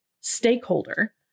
stakeholder